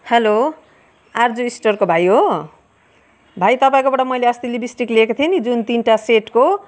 hello RJ स्टोरको भाइ हो भाइ तपाईँकोबाट मैले अस्ति लिपस्टिक लिएको थिएँ नि जुन तिनवटा सेटको